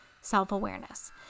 self-awareness